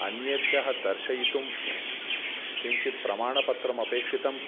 अन्येभ्यः दर्शयितुं किञ्चित् प्रमाणपत्रमपेक्षितम्